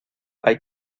hay